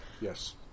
Yes